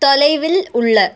தொலைவில் உள்ள